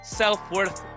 self-worth